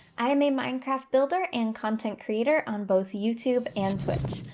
i am a minecraft builder and content creator on both youtube and twitch.